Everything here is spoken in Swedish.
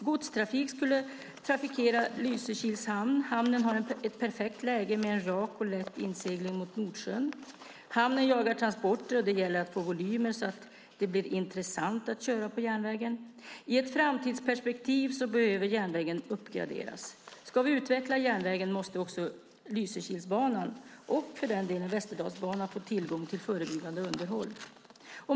Godstrafik skulle trafikera Lysekils hamn. Hamnen har ett perfekt läge mot Nordsjön med en rak och lätt insegling. Hamnen jagar transporter. Det gäller att få volymer så att det blir intressant att köra på järnvägen. I ett framtidsperspektiv behöver järnvägen uppgraderas. Ska vi utveckla järnvägen måste också Lysekilsbanan och, för den delen, Västerdalsbanan, få tillgång till förebyggande underhåll.